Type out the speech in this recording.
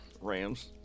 Rams